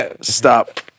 stop